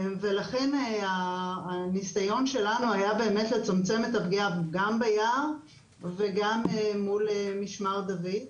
לכן הניסיון שלנו היה באמת לצמצם את הפגיעה גם ביער וגם מול משמר דוד.